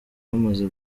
bamaze